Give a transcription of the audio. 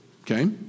okay